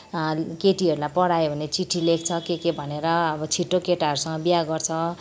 केटीहलरूलाई पढायो भने चिट्ठी लेख्छ के के भनेर अब छिट्टो केटाहरूसँग बिहा गर्छ